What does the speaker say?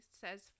says